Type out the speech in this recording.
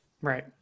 Right